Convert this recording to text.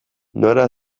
nola